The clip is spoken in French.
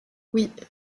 oui